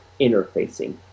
interfacing